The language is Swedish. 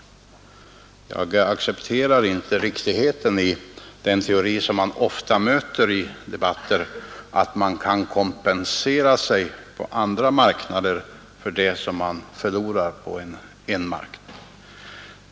Jag accepterar inte riktigheten i den teori som vi ofta möter i debatter, att man kan kompensera sig på andra marknader för det som man förlorar på en marknad.